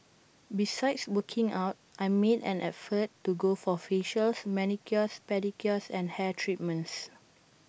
besides working out I make an effort to go for facials manicures pedicures and hair treatments